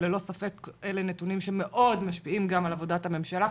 וללא ספק אלה נתונים שמאוד משפיעים גם על עבודות הממשלה.